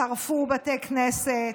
שרפו בתי כנסת,